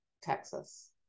texas